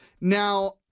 Now